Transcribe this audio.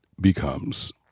becomes